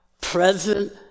present